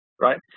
right